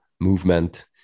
movement